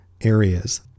areas